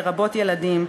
לרבות ילדים,